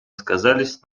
сказались